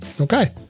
okay